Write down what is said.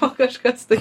o kažkas tai